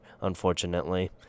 unfortunately